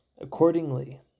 Accordingly